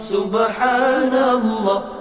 Subhanallah